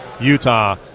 utah